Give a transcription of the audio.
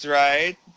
right